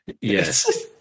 yes